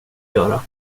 göra